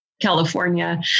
California